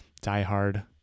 diehard